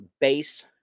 base